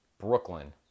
Brooklyn